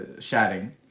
chatting